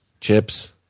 chips